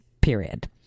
period